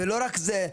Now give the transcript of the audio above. ולא רק זה,